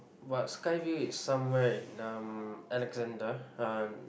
but Skyview is somewhere in um Alexander um